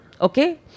Okay